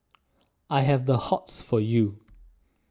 I have the hots for you